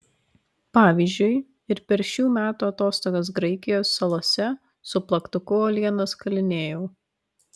pavyzdžiui ir per šių metų atostogas graikijos salose su plaktuku uolienas kalinėjau